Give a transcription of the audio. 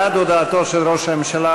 בעד הודעתו של ראש הממשלה,